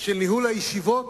של ניהול הישיבות